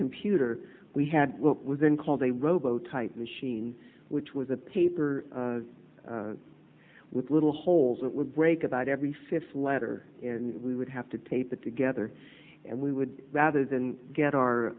computer we had what was then called a robo type machine which was a paper with little holes that would break about every fifth letter and we would have to tape it together and we would rather than get our